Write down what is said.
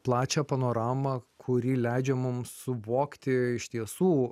plačią panoramą kuri leidžia mums suvokti iš tiesų